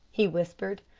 he whispered.